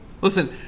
Listen